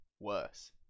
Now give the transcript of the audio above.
Worse